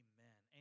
Amen